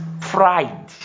pride